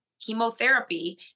chemotherapy